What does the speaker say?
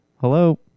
Hello